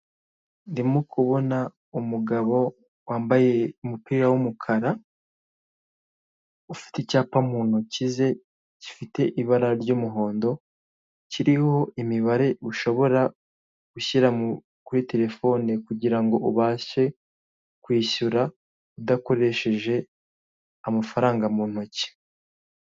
Ndimo kubona umugabo wambaye umupira w'umukara ufite icyapa mu ntoki ze gifite ibara ry'umuhondo kiriho imibare ushobora gushira kuri telephone kugira ngo ubashe kwishyura udakoresheje amafaranga mu ntoki.